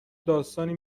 داستانی